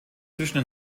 zwischen